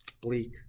bleak